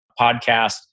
podcast